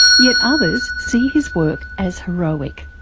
yet others see his work as heroic.